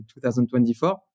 2024